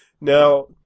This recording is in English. Now